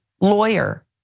lawyer